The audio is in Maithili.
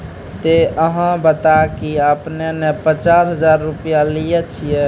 ते अहाँ बता की आपने ने पचास हजार रु लिए छिए?